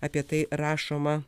apie tai rašoma